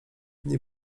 nie